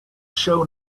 show